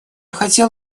хотел